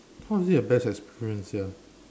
how is it a best experience here